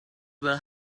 will